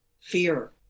fear